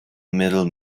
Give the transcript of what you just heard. middle